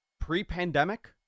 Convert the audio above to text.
pre-pandemic